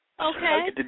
Okay